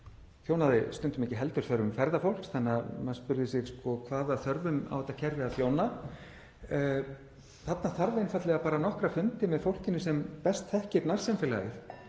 þjónar stundum ekki heldur þörfum ferðafólks. Maður spyr sig þá: Hvaða þörfum á þetta kerfi að þjóna? Þarna þarf einfaldlega bara nokkra fundi með fólki sem best þekkir nærsamfélagið